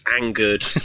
angered